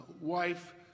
wife